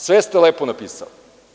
Sve ste lepo napisali.